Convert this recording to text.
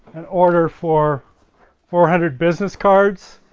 an order for four hundred business cards,